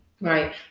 Right